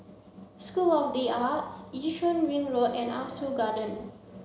school of the Arts Yishun Ring Road and Ah Soo Garden